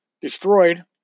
destroyed